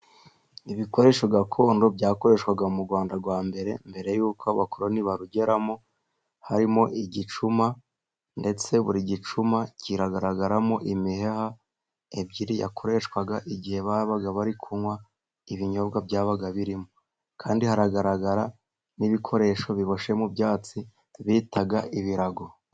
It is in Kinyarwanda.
Ibikoresho gakondo byakoreshwaga mu Rwanda rwa mbere, mbere y'uko abakoloni barugeramo. Harimo igicuma. Ndetse buri gicuma kiragaragaramo imiheha ibiri yakoreshwaga igihe babaga bari kunywa ibinyobwa, byabaga birimo. Kandi hagaragara n'ibikoresho biboshye mu byatsi bitaga ibirago.